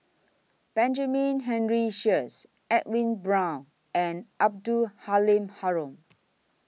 Benjamin Henry Sheares Edwin Brown and Abdul Halim Haron